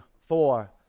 four